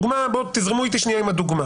תזרמו אתי עם הדוגמה